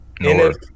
North